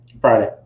Friday